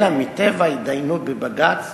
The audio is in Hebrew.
אלא מטבע ההתדיינות בבג"ץ,